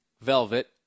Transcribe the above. velvet